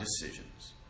decisions